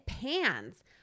pans